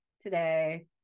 today